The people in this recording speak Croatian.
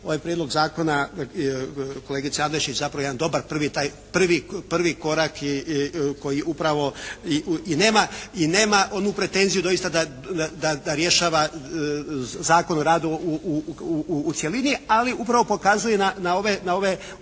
ovaj prijedlog zakona kolegice Adlešić zapravo jedan dobar taj prvi korak koji upravo, i nema onu pretenziju doista da rješava Zakon o radu u cjelini ali upravo pokazuje na ova ovoga